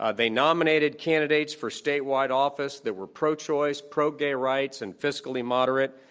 ah they nominated candidates for statewide office that were pro-choice, pro-gay rights, and fiscally moderate.